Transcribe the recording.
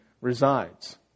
resides